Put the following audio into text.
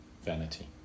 Vanity